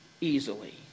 easily